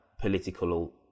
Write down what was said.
political